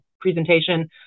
presentation